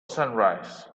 sunrise